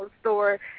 store